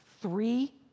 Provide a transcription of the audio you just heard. three